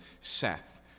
Seth